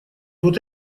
вот